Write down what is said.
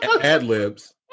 ad-libs